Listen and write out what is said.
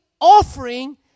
offering